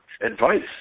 advice